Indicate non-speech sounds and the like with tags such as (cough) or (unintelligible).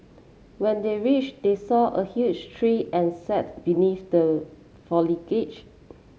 when they reached they saw a huge tree and sat beneath the (unintelligible)